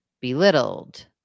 Belittled